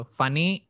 funny